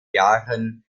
jahren